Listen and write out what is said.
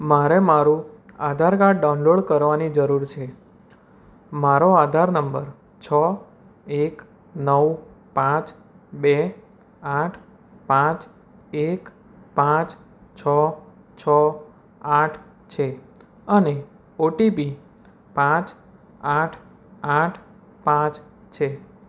મારે મારું Aadhaar card download કરવાની જરૂર છે મારો આધાર નંબર છો એક નવ પાંચ બે આઠ પાંચ એક પાંચ છો છો આઠ છે અને ઓટીપી પાંચ આઠ આઠ પાંચ છે